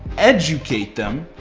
educate them,